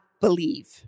believe